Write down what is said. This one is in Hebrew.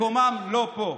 מקומם לא פה.